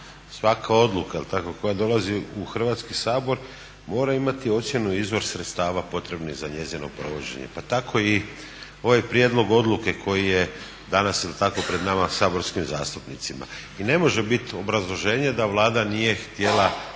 tako, koja dolazi u Hrvatski sabor mora imati ocjenu izvor sredstava potrebnih za njezino provođenje pa tako i ovaj prijedlog odluke koje danas je li tako pred nama saborskim zastupnicima. I ne može biti obrazloženje da Vlada nije htjela